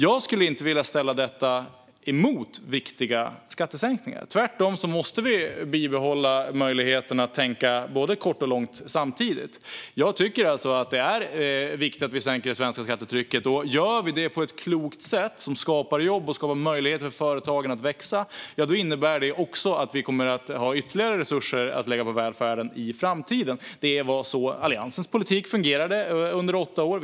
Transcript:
Jag skulle inte vilja ställa detta emot viktiga skattesänkningar. Tvärtom måste vi behålla möjligheten att tänka både kort och långt samtidigt. Det är viktigt att sänka det svenska skattetrycket. Och gör vi det på ett klokt sätt, som skapar jobb och möjligheter för företagen att växa, innebär det att vi i framtiden kommer att ha ytterligare resurser att lägga på välfärden. Det var på det sättet Alliansens politik fungerade under åtta år.